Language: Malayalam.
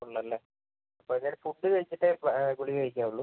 ഉള്ളല്ലേ ഇപ്പോൾ എന്തായാലും വൈകുന്നേരം ഫുഡ് കഴിച്ചിട്ടേ ഗുളിക കഴിക്കാവുള്ളൂ